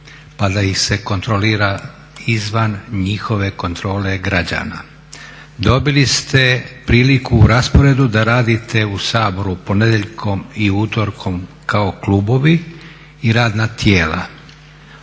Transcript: pa da ih se kontrolira izvan njihove kontrole građana. Dobili ste priliku u rasporedu da radite u Saboru ponedjeljkom i utorkom kao klubovi i radna tijela